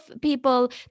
people